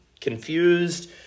confused